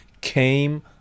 came